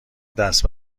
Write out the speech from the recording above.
دست